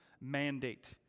mandate